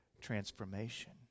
transformation